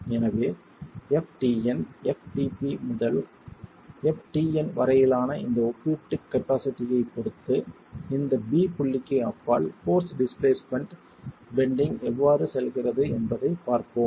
எனவே ftn ftp முதல் ftn வரையிலான இந்த ஒப்பீட்டுத் கபாஸிட்டியைப் பொறுத்து இந்தப் b புள்ளிக்கு அப்பால் போர்ஸ் டிஸ்பிளேஸ்மென்ட் பெண்டிங் எவ்வாறு செல்கிறது என்பதைப் பார்ப்போம்